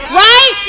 right